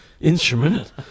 instrument